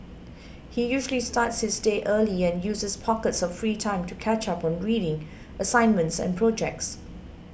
he usually starts his day early and uses pockets of free time to catch up on reading assignments and projects